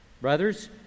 Brothers